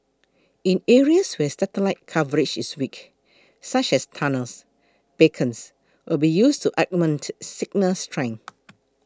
in areas where the satellite coverage is weak such as tunnels beacons will be used to augment signal strength